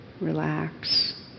relax